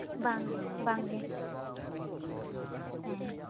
ᱵᱟᱝ ᱵᱟᱝ ᱜᱮ ᱦᱮᱸ